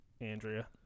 Andrea